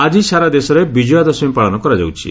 ଆଜି ସାରାଦେଶରେ ବିଜୟା ଦଶମୀ ପାଳନ କରାଯାଉଛି